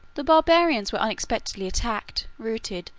the barbarians were unexpectedly attacked, routed,